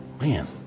man